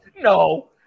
No